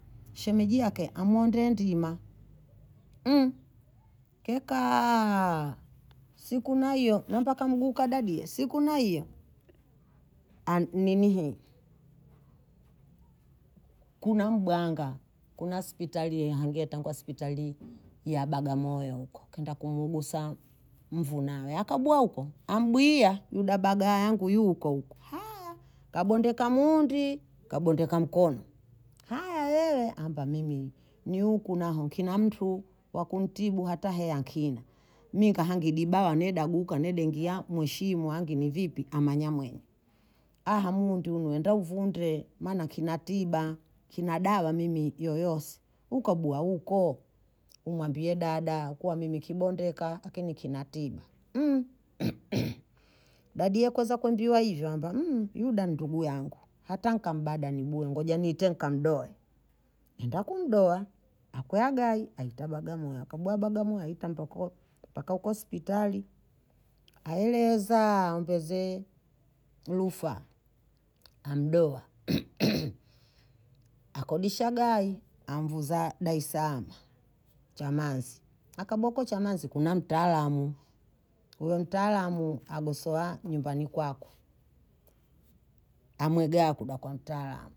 Shemeji yake amwondee ndima, kekaaa siku na hiyo namba kamguu kadadiye, siku na hiya ani- nihii kuna mbwanga, kuna spitali iye hange tangwa spitalii ya bagamoyo huko, kenda kumuugusa mvu nawe akabwa huko, ambwihia yuda bagaa yangu yuko huku, haya kabondeka mundi, kabondeka mkono, haya wewe amba mimi ni huku naho nkina mtu wa kuntibu hata heya nkina, mi nkahangi dibawa neda guka, neda engia mwe shimo, hange ni vipi amanya mwenye, aha mundu nwenda uvunde maana nkina tiba, nkina dawa mimi yoyose, huko buha huko, umwambie dada kuwa mi kibondeka akina kina tiba dadiye kweza kwembiwa hivyo, amba yuda ni ndugu yangu hata nkambada nibuhe ngoja niite nikamdohe, enda kumdoha akwea gayi aita bagamoyo, akabuha bagamoyo aita mpoko mpaka huko spitali, aeleza mbeze rufaa amdoha akodisha gayi amvuza daesaama chamazi, akaboko chamazi kuna mtaalamu, huyo mtaalamu agosowa nyumbani kwako, amwega kuda kwa mtaalamu